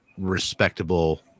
respectable